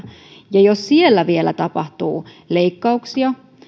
ja jos siellä vielä tapahtuu leikkauksia